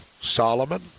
Solomon